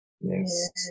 Yes